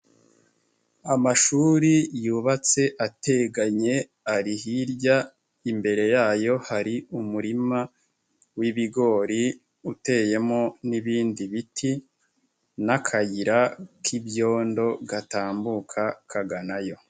Amashuri yubatse ateganye ari hirya, imbere yayo hari umurima w'ibigori uteyemo n'ibindi biti n'akayira k'ibyondo gatambuka kagana yo.